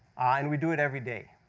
and we do it every day.